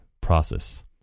process